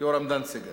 יורם דנציגר,